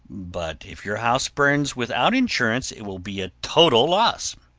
but if your house burns without insurance it will be a total loss.